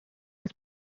was